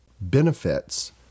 benefits